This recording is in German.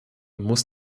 muss